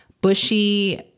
bushy